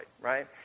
right